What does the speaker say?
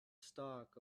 stalk